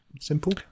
simple